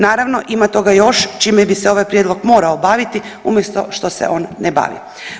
Naravno, ima toga još čime bi se ovaj prijedlog morao baviti umjesto što se on ne bavi.